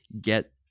get